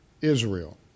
Israel